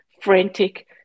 frantic